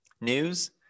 news